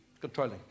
controlling